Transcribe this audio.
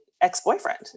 ex-boyfriend